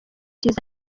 cyiza